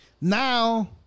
now